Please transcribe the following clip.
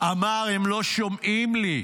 אמר: הם לא שומעים לי.